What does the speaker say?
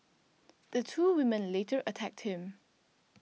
the two women later attacked him